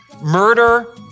Murder